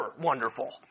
wonderful